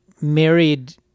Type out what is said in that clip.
married